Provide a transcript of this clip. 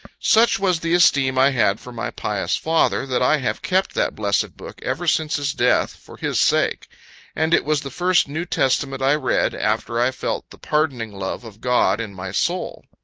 such was the esteem i had for my pious father, that i have kept that blessed book ever since his death, for his sake and it was the first new testament i read, after i felt the pardoning love of god in my soul.